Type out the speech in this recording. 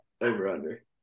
over-under